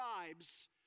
tribes